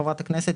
חברת הכנסת,